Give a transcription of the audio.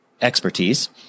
expertise